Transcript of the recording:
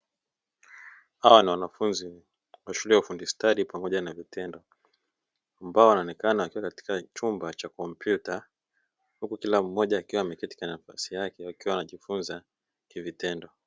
Hawa ni wanafunzi wa shule ya ufundi stadi pamoja na vitendo ambao wanaonekana wakiwa katika chumba cha komputa huku kila mmoja akiwa ameketi katika nafasi yake akiwa anajifunza kwa vitendo.